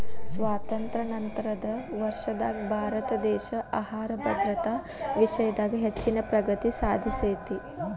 ಸ್ವಾತಂತ್ರ್ಯ ನಂತರದ ವರ್ಷದಾಗ ಭಾರತದೇಶ ಆಹಾರ ಭದ್ರತಾ ವಿಷಯದಾಗ ಹೆಚ್ಚಿನ ಪ್ರಗತಿ ಸಾಧಿಸೇತಿ